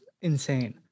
insane